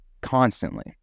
constantly